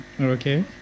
Okay